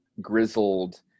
grizzled